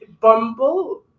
Bumble